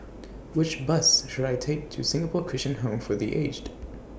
Which Bus should I Take to Singapore Christian Home For The Aged